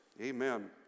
amen